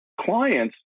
clients